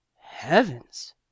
Heavens